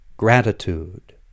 gratitude